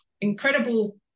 incredible